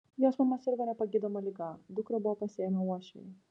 jos mama sirgo nepagydoma liga dukrą buvo pasiėmę uošviai